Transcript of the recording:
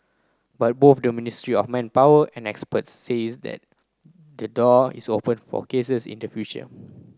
but both the Ministry of Manpower and experts says that the door is open for cases in the future